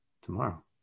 tomorrow